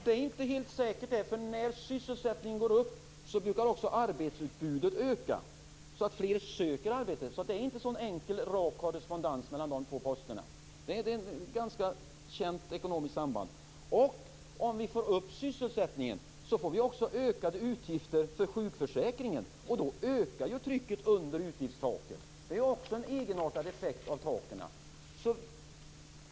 Fru talman! Det är inte helt säkert. När sysselsättningen går upp brukar också arbetsutbudet öka, så att fler söker arbete. Det är alltså inte en så enkel och rak korrespondens mellan de här två posterna. Det är fråga om ett ganska känt ekonomiskt samband. Om vi får upp sysselsättningen, får vi också ökade utgifter för sjukförsäkringen, och då ökar trycket under utgiftstaket. Också det är en egenartad effekt av taken.